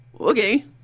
okay